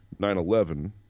9/11